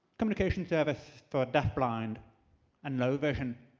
communication service for deaf-blind and low vision